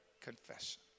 confession